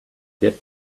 get